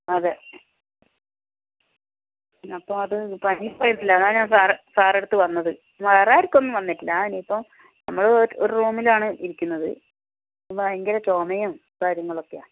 അതെ അപ്പോൾ അത് പനി വരില്ല അതാ ഞാൻ സാർ സാറിന്റെയടുത്ത് വന്നത് വേറെ ആർക്കും ഒന്നും വന്നിട്ടില്ല ഇനിയിപ്പോൾ നമ്മൾ ഒരു റൂമിലാണ് ഇരിക്കുന്നത് ഭയങ്കര ചുമയും കാര്യങ്ങളൊക്കെയാ